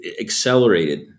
accelerated